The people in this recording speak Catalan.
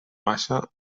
baixa